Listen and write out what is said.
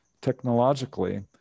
technologically